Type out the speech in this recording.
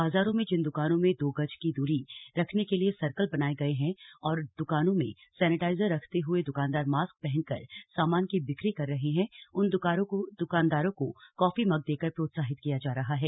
बाजारों में जिन द्रकानों में दो गज की दूरी रखने के लिए सर्कल बनाए गए हैं और दुकान में सैनेटाइजर रखते हुए दुकानदार मास्क पहनकर सामान की बिक्री कर रहे हैं उन द्कानदारों को काफी मग देकर प्रोत्साहित किया जा रहा है